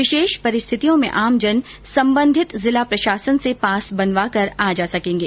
विशेष परिस्थितियों में आमजन संबंधित जिला प्रशासन से पास बनवाकर आ जा सकेंगे